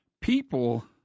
People